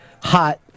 hot